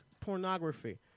pornography